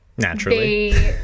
Naturally